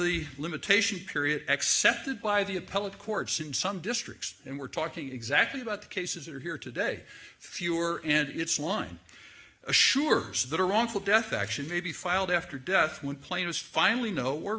the limitation period accepted by the appellate courts in some districts and we're talking exactly about the cases that are here today fewer and it's line assures that a wrongful death action may be filed after death when plane is finally know where